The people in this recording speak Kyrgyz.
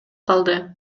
калды